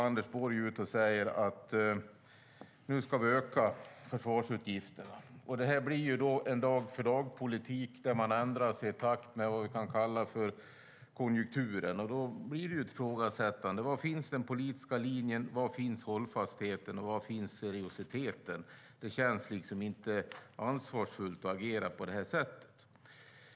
Anders Borg går ut och säger att försvarsutgifterna ska ökas. Det blir en dag-för-dag-politik där man ändrar sig i takt med vad vi kalla konjunkturen. Då blir det ifrågasättande: Var finns den politiska linjen? Var finns hållfastheten och seriositeten? Det känns liksom inte ansvarsfullt att agera på det här sättet.